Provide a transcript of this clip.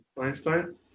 Einstein